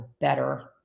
better